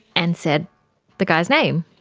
and said the guy's name.